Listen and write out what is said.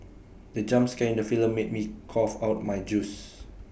the jump scare in the film made me cough out my juice